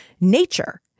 nature